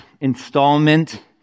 installment